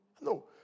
No